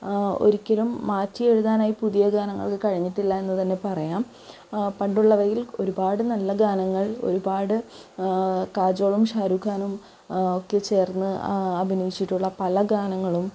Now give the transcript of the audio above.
ഒരിക്കലും മാറ്റി എഴുതാനായി പുതിയ ഗാനങ്ങൾക്ക് കഴിഞ്ഞിട്ടില്ല എന്ന് തന്നെ പറയാം പണ്ടുള്ളവയിൽ ഒരുപാട് നല്ല ഗാനങ്ങൾ ഒരുപാട് കാജോളും ഷാരുഖ് ഖാനും ഒക്കെ ചേർന്ന് അഭിനയിച്ചിട്ടുള്ള പല ഗാനങ്ങളും